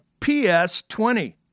PS20